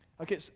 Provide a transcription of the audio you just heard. Okay